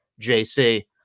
JC